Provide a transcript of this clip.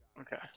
Okay